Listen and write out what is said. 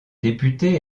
député